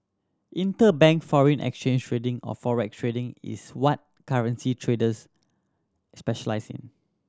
interbank foreign exchange trading of or Forex trading is what currency traders specialise in